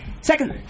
Second